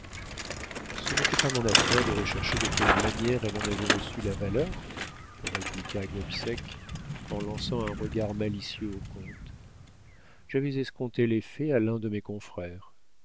ce n'était pas mon affaire de rechercher de quelle manière elle en avait reçu la valeur répliqua gobseck en lançant un regard malicieux au comte j'avais escompté l'effet à l'un de mes confrères